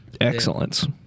Excellence